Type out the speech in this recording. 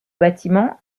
bâtiment